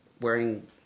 wearing